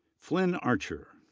flynn archer.